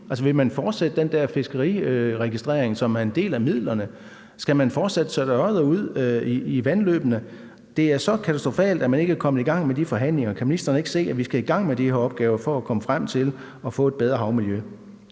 2025. Vil man fortsætte den der fiskeriregistrering, som er en del af midlerne, og skal man fortsat sætte ørreder ud i vandløbene? Det er så katastrofalt, at man ikke er kommet i gang med de forhandlinger. Kan ministeren ikke se, at vi skal i gang med de her opgaver for at komme frem til at få et bedre havmiljø?